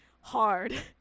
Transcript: hard